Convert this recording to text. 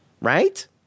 right